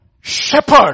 Shepherd